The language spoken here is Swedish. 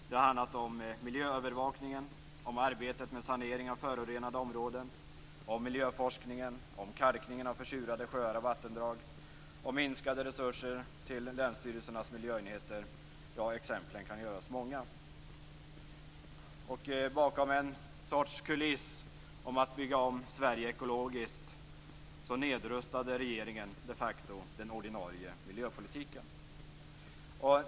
Det har handlat om miljöövervakningen, om arbetet med sanering av förorenade områden, om miljöforskningen, om kalkningen av försurade sjöar och vattendrag, om minskade resurser till länsstyrelsernas miljöenheter. Ja, exemplen kan göras många. Bakom en sorts kuliss att bygga om Sverige ekologiskt nedrustade regeringen de facto den ordinarie miljöpolitiken.